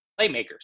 playmakers